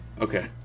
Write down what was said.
Okay